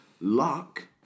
Luck